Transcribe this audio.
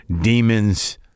demons